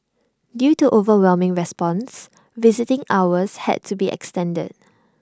due to overwhelming response visiting hours had to be extended